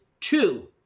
Two